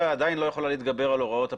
עדיין לא יכולות להתגבר על הוראות הפקודה,